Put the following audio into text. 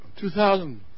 2000